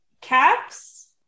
caps